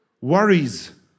worries